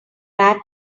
rat